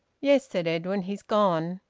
yes, said edwin. he's gone.